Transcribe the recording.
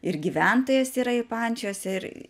ir gyventojas yra jų pančiuose ir